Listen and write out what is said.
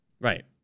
Right